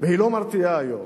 והיא לא מרתיעה היום.